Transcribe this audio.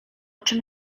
czym